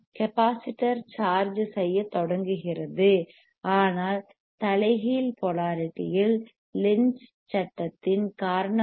capacitor charge செய்யத் தொடங்குகிறது ஆனால் தலைகீழ் போலாரிட்டி இல் லென்ஸ் சட்டத்தின் Lenz's law காரணமாக